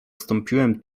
wstąpiłem